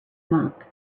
monk